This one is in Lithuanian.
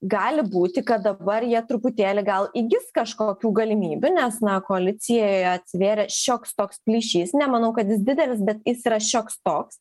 gali būti kad dabar jie truputėlį gal įgis kažkokių galimybių nes na koalicijoje atsivėrė šioks toks plyšys nemanau kad jis didelis bet jis yra šioks toks